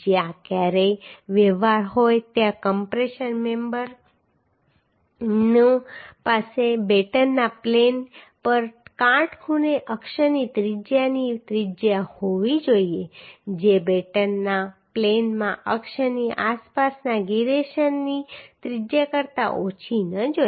જ્યાં ક્યારેય વ્યવહારુ હોય ત્યાં કમ્પ્રેશન મેમ્બર પાસે બેટનના પ્લેન પર કાટખૂણે અક્ષની ત્રિજ્યાની ત્રિજ્યા હોવી જોઈએ જે બેટનના પ્લેનમાં અક્ષની આસપાસના ગિરેશનની ત્રિજ્યા કરતા ઓછી ન હોય